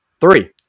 Three